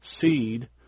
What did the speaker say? seed